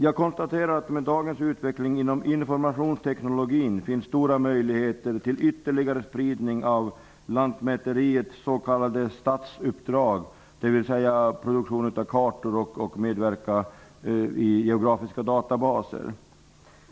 Jag konstaterar att det med dagens utveckling inom informationsteknologin finns stora möjligheter till ytterligare spridning av Lantmäteriets s.k. statsuppdrag -- dvs. produktion av kartor och medverkan i geografiska databaser.